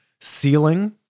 ceiling